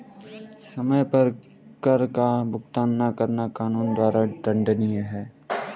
समय पर कर का भुगतान न करना कानून द्वारा दंडनीय है